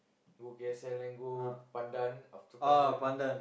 go K_S_L then go Pandan after Pandan